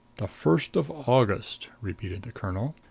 the first of august, repeated the colonel.